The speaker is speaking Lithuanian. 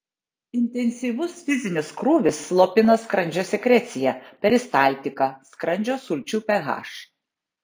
intensyvus fizinis krūvis slopina skrandžio sekreciją peristaltiką skrandžio sulčių ph